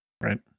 Right